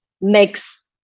makes